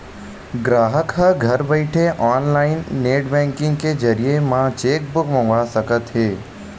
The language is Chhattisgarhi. गराहक ह घर बइठे ऑनलाईन नेट बेंकिंग के जरिए म चेकबूक मंगवा सकत हे